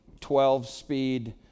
12-speed